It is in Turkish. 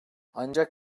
ancak